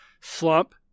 slump